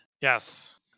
Yes